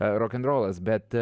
rokenrolas bet